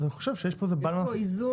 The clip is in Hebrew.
אז אני חושב שיש פה איזה בלנס --- יש פה איזון